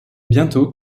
bientôt